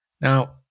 Now